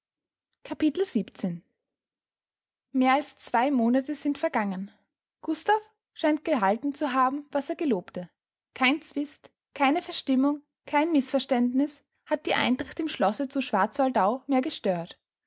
mehr als zwei monate sind vergangen gustav scheint gehalten zu haben was er gelobte kein zwist keine verstimmung kein mißverständniß hat die eintracht im schlosse zu schwarzwaldau mehr gestört